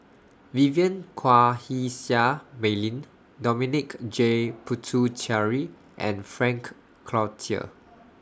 Vivien Quahe Seah Mei Lin Dominic J Puthucheary and Frank Cloutier